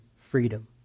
freedom